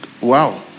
Wow